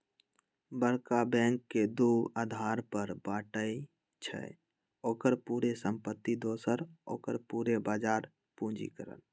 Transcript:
बरका बैंक के दू अधार पर बाटइ छइ, ओकर पूरे संपत्ति दोसर ओकर पूरे बजार पूंजीकरण